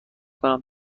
کنم